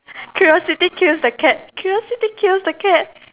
curiosity kills the cat curiosity kills the cat